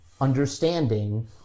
understanding